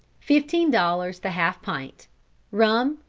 fifteen dollars the half-pint rum,